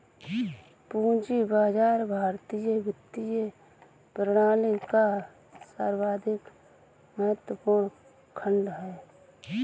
पूंजी बाजार भारतीय वित्तीय प्रणाली का सर्वाधिक महत्वपूर्ण खण्ड है